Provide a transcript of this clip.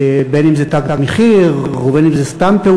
בין אם זה "תג מחיר" ובין אם זו פעולה